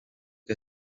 que